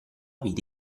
vide